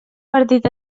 partit